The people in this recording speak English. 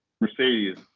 Mercedes